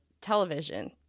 television